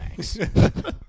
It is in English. thanks